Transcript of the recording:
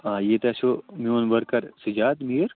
آ ییٚتہِ آسیو میون ؤرکَر سُجاد میٖر